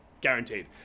guaranteed